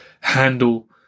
handle